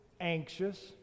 anxious